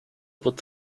but